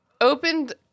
opened